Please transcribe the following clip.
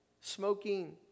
smoking